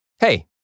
Hey